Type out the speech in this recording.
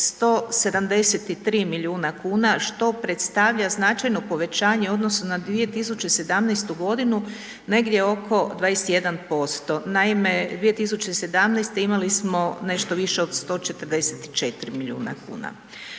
173 milijuna kuna, što predstavlja značajno povećanje u odnosu na 2017.g. negdje oko 21%. Naime, 2017. imali smo nešto više od 144 milijuna kuna.